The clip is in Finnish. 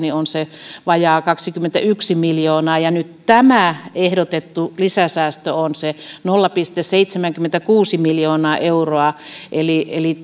ne ovat vajaa kaksikymmentäyksi miljoonaa ja tämä nyt ehdotettu lisäsäästö on se nolla pilkku seitsemänkymmentäkuusi miljoonaa euroa eli eli